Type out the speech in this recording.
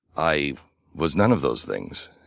i was none of those things.